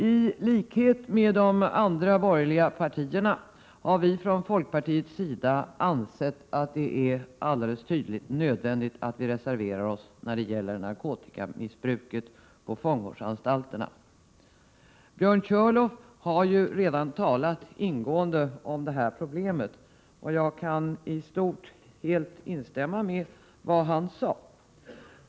I likhet med de andra borgerliga partierna har vi från folkpartiets sida ansett att det är nödvändigt att reservera oss när det gäller narkotikamissbruket på fångvårdsanstalterna. Björn Körlof har ju redan talat ingående om detta problem, och jag kan i stort helt instämma i vad han sade.